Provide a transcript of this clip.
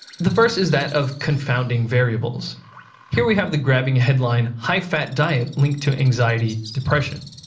the first is that of confounding variables here we have the grabbing headline high-fat diet linked to anxiety, depression.